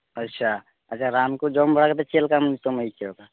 ᱟᱪᱪᱷᱟ ᱟᱪᱪᱷᱟ ᱨᱟᱱ ᱠᱚ ᱡᱚᱢ ᱵᱟᱲᱟ ᱠᱟᱛᱮᱫ ᱪᱮᱫ ᱞᱮᱠᱟ ᱱᱤᱛᱳᱜ ᱮᱢ ᱟᱹᱭᱠᱟᱹᱣᱮᱫᱟ